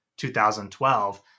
2012